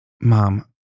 mom